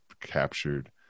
captured